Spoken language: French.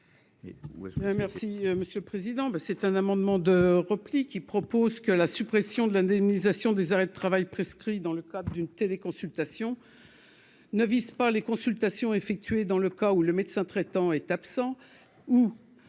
monsieur le président, ben c'est un amendement de repli qui propose que la suppression de l'indemnisation des arrêts de travail prescrits dans le cadre d'une téléconsultation ne vise pas les consultations effectuées dans le cas où le médecin traitant est absent ou